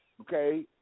okay